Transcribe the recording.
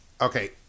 okay